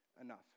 enough